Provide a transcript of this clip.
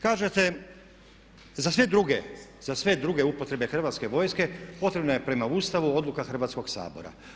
Kažete za sve druge upotrebe Hrvatske vojske potrebna je prema Ustavu odluka Hrvatskog sabora.